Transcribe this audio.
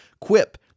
Quip